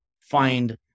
find